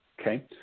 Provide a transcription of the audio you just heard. Okay